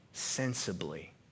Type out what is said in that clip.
sensibly